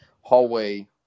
hallway